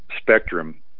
spectrum